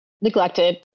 neglected